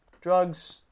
Drugs